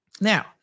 Now